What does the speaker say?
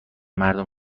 مردم